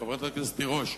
חברת הכנסת תירוש,